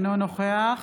אינו נוכח